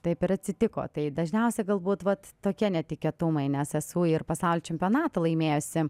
taip ir atsitiko tai dažniausia galbūt vat tokie netikėtumai nes esu ir pasaulio čempionatą laimėjusi